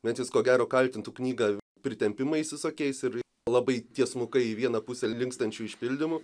bet jis ko gero kaltintų knygą pritempimais visokiais ir labai tiesmukai į vieną pusę linkstančiu išpildymu